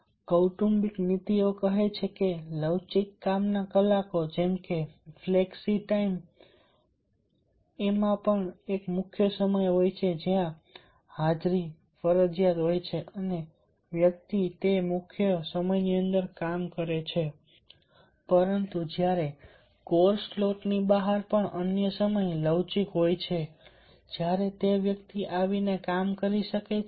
અને કૌટુંબિક નીતિઓ કહે છે કે લવચીક કામના કલાકો જેમ કે ફ્લેક્સી ટાઇમ ફ્લેક્સી ટાઇમ માં એક મુખ્ય સમય હોય છે જ્યાં હાજરી ફરજિયાત હોય છે અને વ્યક્તિ તે મુખ્ય સમયની અંદર કામ કરે છે પરંતુ કોર સ્લોટ ની બહાર અન્ય સમય લવચીક હોય છે જ્યારે તે વ્યક્તિ આવીને કામ કરી શકે છે